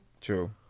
True